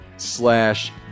slash